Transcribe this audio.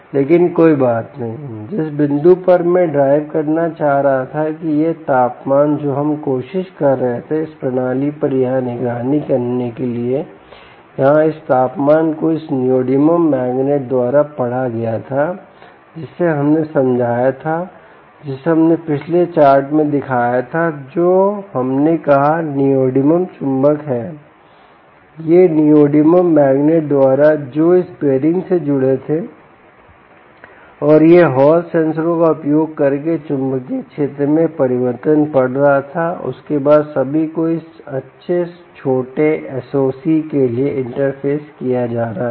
लेकिन कोई बात नहीं जिस बिंदु पर मैं ड्राइव करना चाह रहा था कि यह तापमान जो हम कोशिश कर रहे थे इस प्रणाली पर यहाँ निगरानी करने के लिए यहाँ इस तापमान को इस नियोडिमियम मैग्नेट द्वारा पढ़ा गया था जिसे हमने समझाया था जिसे हमने पिछले चार्ट में दिखाया था जो हमने कहा नियोडिमियम चुंबक है ये नियोडिमियम मैग्नेट द्वारा जो इस बेयरिंग से जुड़े थे और यह हॉल सेंसरों का उपयोग करके चुंबकीय क्षेत्र में परिवर्तन पढ़ रहा था और उसके बाद सभी को इस अच्छे छोटे एसओसी के लिए इंटरफ़ेस किया जा रहा है